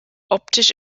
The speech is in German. optisch